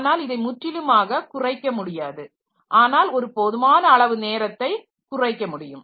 ஆனால் இதை முற்றிலுமாக குறைக்க முடியாது ஆனால் ஒரு போதுமான அளவு நேரத்தை குறைக்கமுடியும்